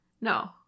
No